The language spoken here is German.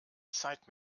zeit